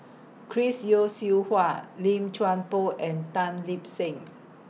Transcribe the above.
Chris Yeo Siew Hua Lim Chuan Poh and Tan Lip Seng